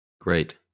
great